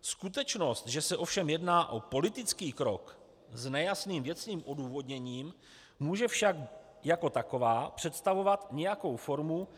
Skutečnost, že se ovšem jedná o politický krok s nejasným věcným odůvodněním, může však jako taková představovat nějakou formu